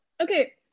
okay